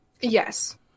Yes